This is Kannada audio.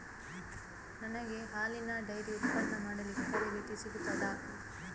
ನನಗೆ ಹಾಲಿನ ಡೈರಿ ಉತ್ಪನ್ನ ಮಾಡಲಿಕ್ಕೆ ತರಬೇತಿ ಸಿಗುತ್ತದಾ?